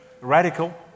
Radical